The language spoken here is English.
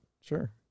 sure